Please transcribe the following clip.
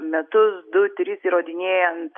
metus du tris įrodinėjant